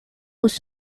was